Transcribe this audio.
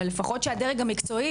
אבל לפחות שהדרג המקצועי,